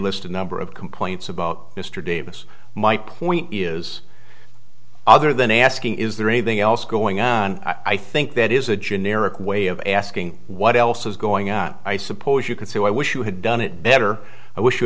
list a number of complaints about mr davis my point is other than asking is there anything else going on i think that is a generic way of asking what else is going on i suppose you could say i wish you had done it better i wish you